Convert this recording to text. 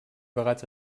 bereits